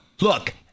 look